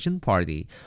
party